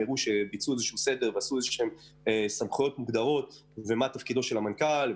הראו שחילקו סמכויות מוגדרות ומה תפקידו של המנכ"ל,